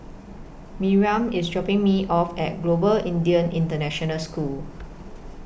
Miriam IS dropping Me off At Global Indian International School